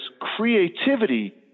creativity